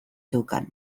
zeukan